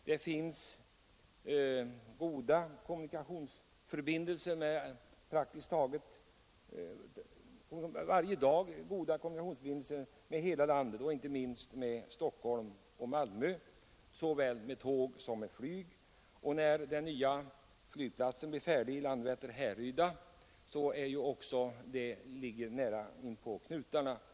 Goda såväl tågsom flygförbindelser finns med hela landet, inte minst med Stockholm och Malmö. Den nya flygplatsen Landvetter—Härryda ligger nära Borås.